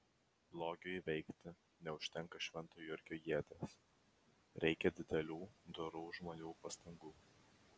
blogiui įveikti neužtenka švento jurgio ieties reikia didelių dorų žmonių pastangų